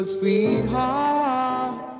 sweetheart